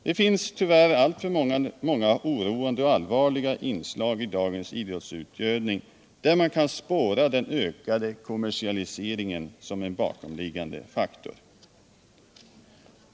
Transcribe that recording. Det finns tyvärr alltför många oroande och allvarliga inslag i dagens idrottsutövning, där man kan spåra den ökande kommersialiseringen som en bakomliggande faktor.